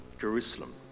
Jerusalem